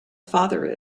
father